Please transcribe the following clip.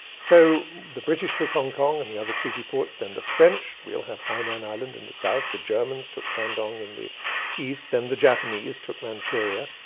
so the british took hong kong and the other treaty ports, then the french, we all have hainan island in the south, the germans took shandong in the east then the japanese took manchuria,